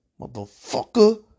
motherfucker